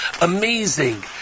Amazing